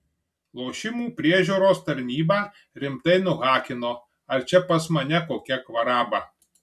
lošimų priežiūros tarnybą rimtai nuhakino ar čia pas mane kokia kvaraba